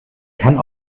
kann